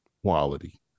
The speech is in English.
Quality